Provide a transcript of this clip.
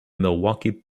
milwaukee